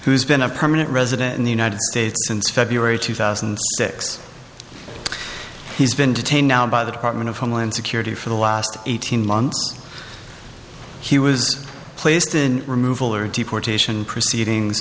who's been a permanent resident in the united states since february two thousand and six he's been detained now by the department of homeland security for the last eighteen months he was placed in removal or deportation proceedings